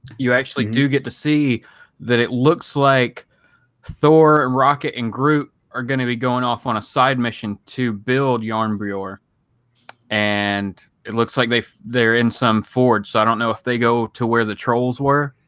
you actually do get, to see that it looks like thor and rocket and groot are gonna be going off on a side mission to build yarn bree or and it looks like they've they're in some forge so i don't know if they go to where the trolls were